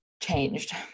changed